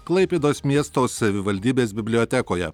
klaipėdos miesto savivaldybės bibliotekoje